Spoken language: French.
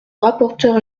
rapporteur